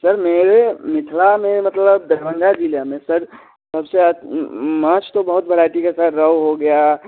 sir मेरे मिथिला में मतलब दरभंगा ज़िले में सर सब से मांस तो बहुत वैरायटी का है सर रोहू हो गया